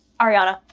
ariana.